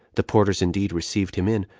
the porters indeed received him in,